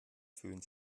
fühlen